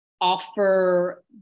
offer